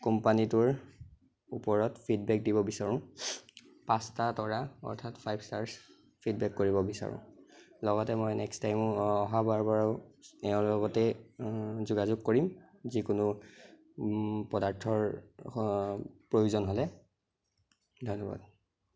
কোম্পানীটোৰ ওপৰত ফীডবেক দিব বিচাৰোঁ পাঁচটা তৰা অৰ্থাৎ ফাইভ ষ্টাৰছ ফীডবেক কৰিব বিচাৰোঁ লগতে মই নেক্সট টাইমো অহাবাৰ বাৰো এওঁৰ লগতে যোগাযোগ কৰিম যিকোনো পদাৰ্থৰ প্ৰয়োজন হ'লে ধন্যবাদ